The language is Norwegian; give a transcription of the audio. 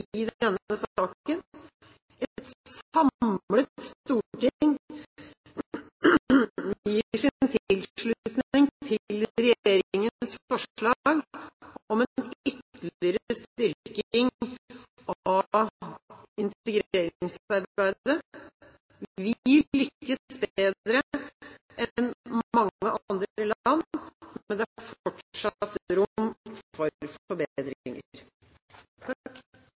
denne saken. Et samlet storting gir sin tilslutning til regjeringens forslag om en ytterligere styrking av integreringsarbeidet. Vi lykkes bedre enn mange andre land, men det er fortsatt